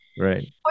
Right